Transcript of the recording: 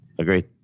Agreed